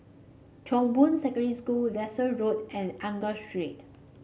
Chong Boon Secondary School Desker Road and Angus Street